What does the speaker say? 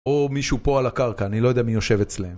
או מישהו פה על הקרקע, אני לא יודע מי יושב אצלהם.